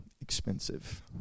expensive